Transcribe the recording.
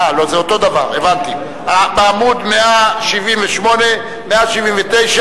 עמודים 178 179,